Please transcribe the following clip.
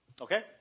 Okay